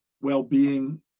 well-being